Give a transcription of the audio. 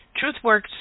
TruthWorks